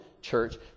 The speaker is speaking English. church